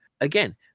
again